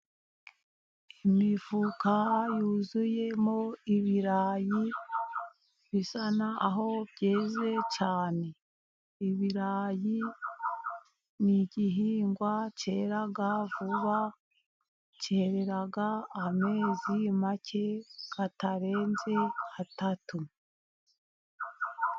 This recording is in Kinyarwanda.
Imifuka yuzuyemo ibirayi bisa naho byeze cyane, ibirayi ni igihingwa kera vuba, kerera amezi make ,atarenze atatu.